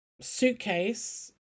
suitcase